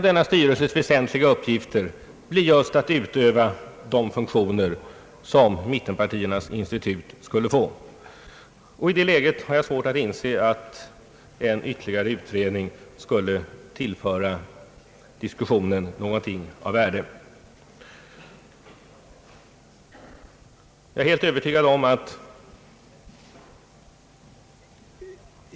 Denna styrelses väsentliga uppgifter blir just att utöva de funktioner som mittenpartiernas institut skulle få. I detta läge har jag svårt att inse att ytterligare en utredning skulle tillföra diskussionen någonting av värde.